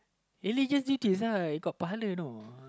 religious desire got you know